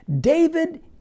David